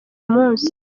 munsi